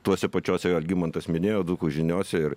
tuose pačiose algimantas minėjo dzūkų žiniose ir